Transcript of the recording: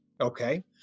Okay